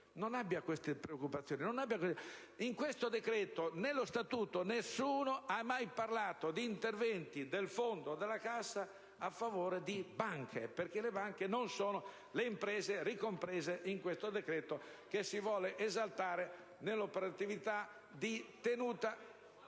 Non abbia queste preoccupazioni. In questo decreto-legge, nello Statuto, nessuno ha mai parlato di interventi del fondo, della Cassa, a favore di banche, perché le banche non sono le imprese ricomprese in questo decreto-legge che si vuole esaltare nell'operatività di tenuta...